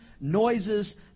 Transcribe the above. noises